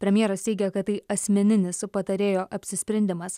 premjeras teigia kad tai asmeninis patarėjo apsisprendimas